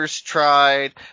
tried